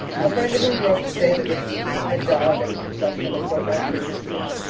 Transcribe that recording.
a friend of his wrote to say that richard keith had died of consumption a fortnight previously.